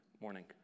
morning